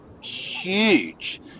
huge